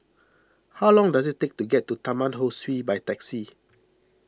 how long does it take to get to Taman Ho Swee by taxi